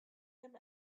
him